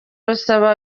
rusaba